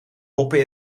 poppen